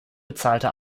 bezahlte